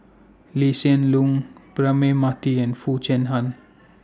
Lee Hsien Loong Braema Mathi and Foo Chee Han